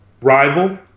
Rival